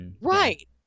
Right